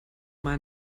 mal